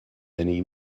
many